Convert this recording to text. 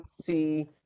see